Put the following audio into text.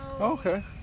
Okay